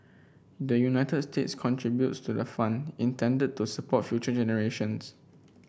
the United States contributes to the fund intended to support future generations